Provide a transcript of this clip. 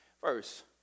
first